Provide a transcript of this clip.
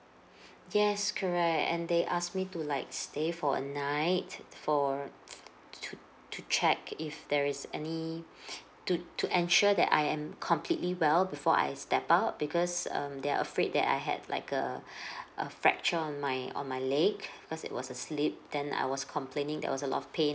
yes correct and they ask me to like stay for a night for t~ to check if there is any to to ensure that I am completely well before I step out because um they're afraid that I had like a a fracture on my on my leg cause it was a slip then I was complaining there was a lot of pain